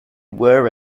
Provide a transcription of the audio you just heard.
were